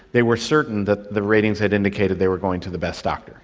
they were certain that the ratings had indicated they were going to the best doctor